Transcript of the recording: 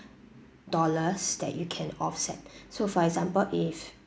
dollars that you can offset so for example if